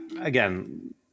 Again